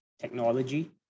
technology